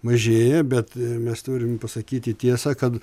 mažėja bet mes turim pasakyti tiesą kad